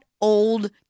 old